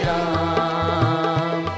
Ram